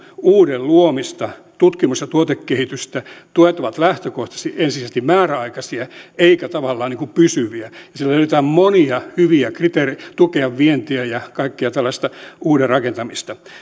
uuden luomista tutkimus ja tuotekehitystä tuet ovat lähtökohtaisesti ensisijaisesti määräaikaisia eivätkä tavallaan pysyviä siellä löydetään monia hyviä kriteerejä tukea vientiä ja kaikkea tällaista uuden rakentamista